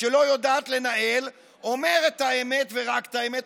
שלא יודעת לנהל אומר את האמת ורק את האמת,